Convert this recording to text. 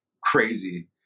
crazy